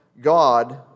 God